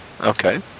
Okay